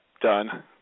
done